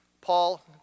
Paul